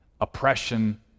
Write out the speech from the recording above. oppression